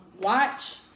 Watch